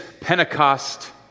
Pentecost